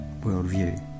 worldview